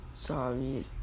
Sorry